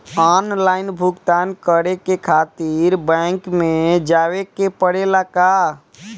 Online भुगतान करे के खातिर बैंक मे जवे के पड़ेला का?